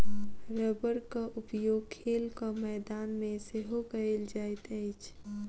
रबड़क उपयोग खेलक मैदान मे सेहो कयल जाइत अछि